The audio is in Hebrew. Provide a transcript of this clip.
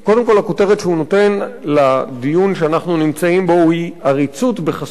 הכותרת שהוא נותן לדיון שאנחנו נמצאים בו היא "עריצות בחסות החוק",